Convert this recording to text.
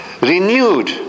Renewed